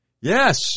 Yes